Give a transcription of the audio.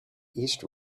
east